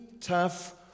tough